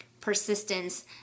Persistence